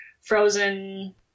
frozen